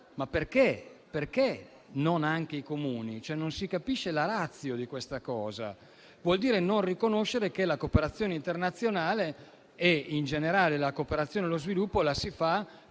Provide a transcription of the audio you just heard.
perché non anche i Comuni? Non si capisce la *ratio* di questa scelta. Questo vuol dire non riconoscere che la cooperazione internazionale e in generale la cooperazione e lo sviluppo la si fa